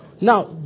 Now